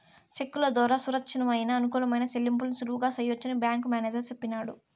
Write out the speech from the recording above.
సెక్కుల దోరా సురచ్చితమయిన, అనుకూలమైన సెల్లింపుల్ని సులువుగా సెయ్యొచ్చని బ్యేంకు మేనేజరు సెప్పినాడు